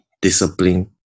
discipline